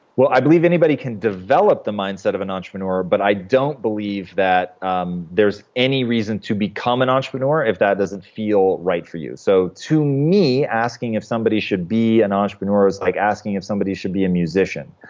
well, i believe anybody can develop the mindset of an entrepreneur, but i don't believe that um there's any reason to become an entrepreneur if that doesn't feel right for you. so to me, asking if somebody should be an entrepreneur is like asking if somebody should be a musician.